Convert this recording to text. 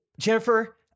Jennifer